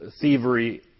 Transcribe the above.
thievery